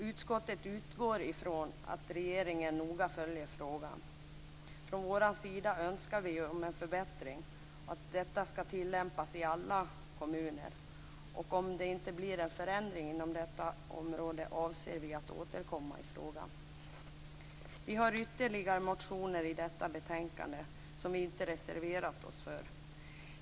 Utskottet utgår från att regeringen noga följer frågan. Från vår sida önskar vi den förbättringen att denna ordning skall tillämpas i alla kommuner. Om det inte blir en förändring inom detta område, avser vi att återkomma i frågan. Vi har ytterligare motioner i detta betänkande som vi inte har reserverat oss för.